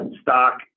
stock